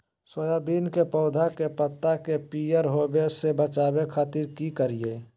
Soybean के पौधा के पत्ता के पियर होबे से बचावे खातिर की करिअई?